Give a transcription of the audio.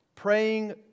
Praying